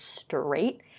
straight